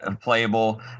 playable